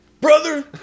Brother